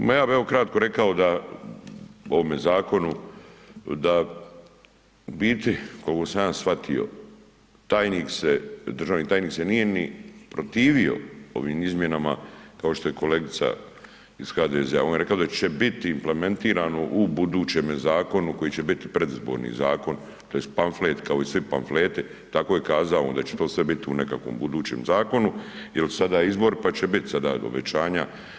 Ma evo ja bih kratko rekao o ovome zakonu da u biti koliko sam ja shvatio tajnik se, državni tajnik se nije niti protivio ovim izmjenama kao što je kolegica iz HDZ-a ona je rekla da će biti implementirano u budućem zakonu koji će biti predizborni zakon tj. pamflet kao i svi pamfleti tako je kazao onda će to sve biti u nekakvom budućem zakonu jer sada je izbor pa će biti sada obećanja.